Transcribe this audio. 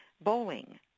bowling